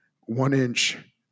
one-inch